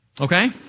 Okay